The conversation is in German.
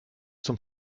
zum